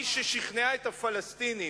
היא שכנעה את הפלסטינים,